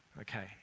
okay